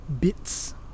bits